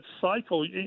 cycle